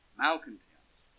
malcontents